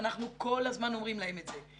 ואנחנו כל הזמן אומרים להם את זה.